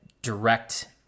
direct